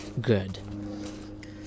good